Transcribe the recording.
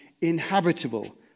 inhabitable